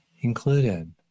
included